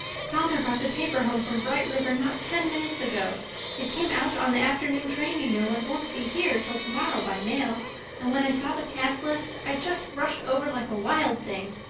father brought the paper home from bright river not ten minutes ago it came out on the afternoon train, you know, and won't be here till tomorrow by mail and when i saw the pass list i just rushed over like a wild thing.